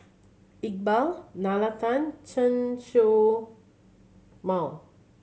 Iqbal Nalla Tan Chen Show Mao